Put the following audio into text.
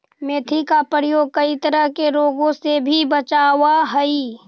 मेथी का प्रयोग कई तरह के रोगों से भी बचावअ हई